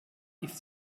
ist